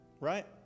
right